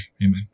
Amen